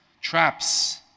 traps